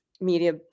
media